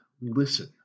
Listen